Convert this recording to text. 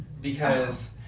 Because-